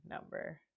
number